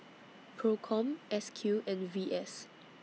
PROCOM S Q and V S